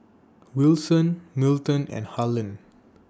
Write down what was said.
Wilson Milton and Harland